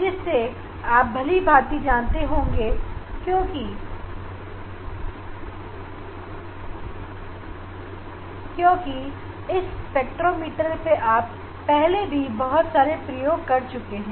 मुझे लगता है आप इससे अब अच्छी तरीके से परिचित हो चुके होंगे क्योंकि इससे पहले भी हमने इसका इस्तेमाल करके और सारे प्रयोग किए हैं